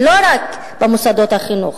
ולא רק במוסדות החינוך.